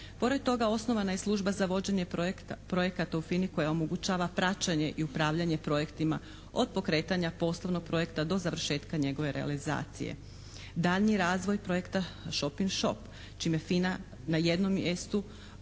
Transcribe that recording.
Pored toga osnovana je služba za vođenje projekata u FINA-i koja omogućava praćenje i upravljanje projektima od pokretanja poslovnog projekta do završetka njegove realizacije. Daljnji razvoj projekta shoping shop čime FINA na jednom mjestu